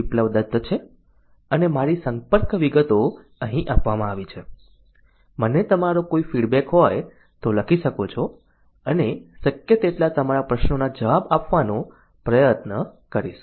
બિપ્લબ દત્ત છે અને મારી સંપર્ક વિગતો અહીં આપવામાં આવી છે મને તમારો કોઈ ફીડબેક હોય તો લખી શકો છો અને શક્ય તેટલા તમારા પ્રશ્નોના જવાબ આપવાનો પ્રયત્ન કરીશ